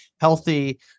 healthy